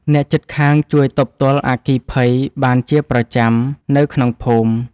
អ្នកជិតខាងជួយទប់ទល់អគ្គីភ័យបានជាប្រចាំនៅក្នុងភូមិ។